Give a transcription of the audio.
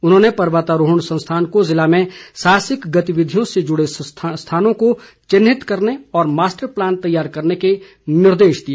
उन्होंने पर्वतारोहण संस्थान को जिले में साहसिक गतिविधियों से जुड़े स्थानों को चिन्हित करने और मास्टर प्लान तैयार करने के निर्देश दिए